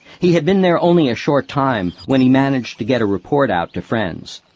he had been there only a short time when he managed to get a report out to friends.